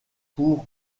pour